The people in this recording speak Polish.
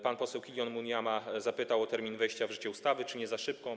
Pan poseł Killion Munyama zapytał o termin wejścia w życie ustawy, czy nie za szybko.